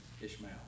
Ishmael